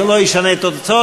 זה לא ישנה את התוצאות,